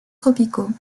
tropicaux